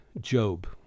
Job